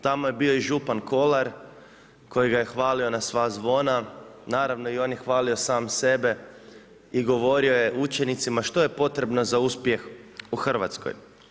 Tamo je bio i župan Kolar koji ga je hvalio na sva zvona, naravno on je hvalio sam sebe i govorio je učenicima što je potrebno za uspjeh u Hrvatskoj.